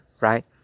right